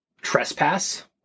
Trespass